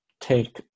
take